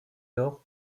lors